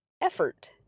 effort